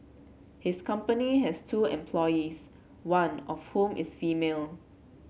his company has two employees one of whom is female